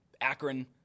Akron